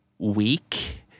Week